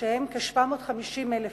שהם כ-750,000 איש.